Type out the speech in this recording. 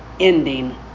Ending